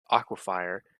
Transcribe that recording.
aquifer